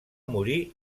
morir